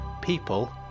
people